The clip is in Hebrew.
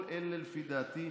כל אלה, לפי דעתי,